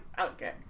Okay